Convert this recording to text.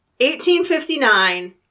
1859